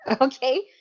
Okay